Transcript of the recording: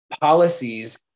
policies